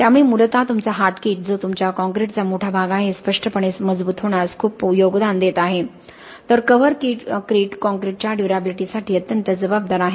त्यामुळे मूलत तुमचा हार्ट क्रीट जो तुमच्या काँक्रीटचा मोठा भाग आहे हे स्पष्टपणे मजबूत होण्यास खूप योगदान देत आहे तर कव्हर क्रीट कॉंक्रिटच्या ड्युर्याबिलिटीसाठी अत्यंत जबाबदार आहे